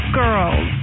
girls